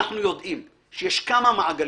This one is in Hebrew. אנחנו יודעים שיש כמה מעגלים.